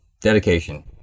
dedication